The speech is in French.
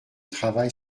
travail